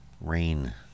Rain